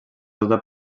tota